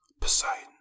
Poseidon